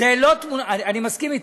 אני מסכים אתך.